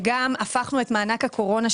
וגם הפכנו את מענק הקורונה,